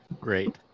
Great